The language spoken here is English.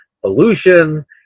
pollution